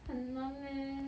很难 eh